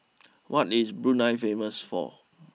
what is Brunei famous for